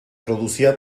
producía